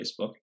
Facebook